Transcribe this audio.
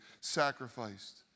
sacrificed